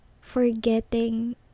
forgetting